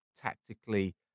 tactically